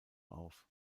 auf